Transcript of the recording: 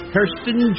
Kirsten